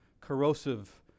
corrosive